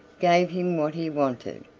gave him what he wanted,